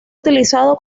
utilizado